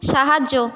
সাহায্য